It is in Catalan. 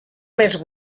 més